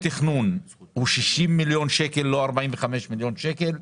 התכנון הוא 60 מיליון שקלים ולא 45 מיליון שקלים.